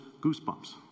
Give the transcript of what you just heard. goosebumps